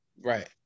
right